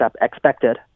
expected